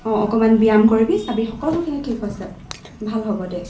অঁ অকণমান ব্যায়াম কৰিবি চাবি সকলোখিনি ঠিক হৈছে ভাল হ'ব দে